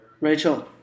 Rachel